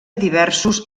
diversos